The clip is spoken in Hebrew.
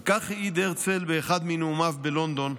על כך העיד הרצל באחד מנאומיו בלונדון,